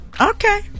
Okay